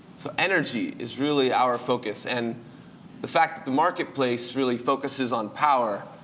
so energy is really our focus, and the fact that the marketplace really focuses on power,